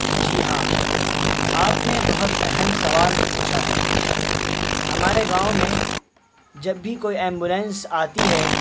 جی ہاں آپ نے بہت اہم سوال پوچھا ہے ہمارے گاؤں میں جب بھی کوئی ایمبولنس آتی ہے